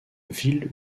ville